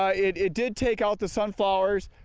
ah it it did take out the sunflowers.